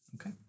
Okay